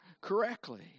correctly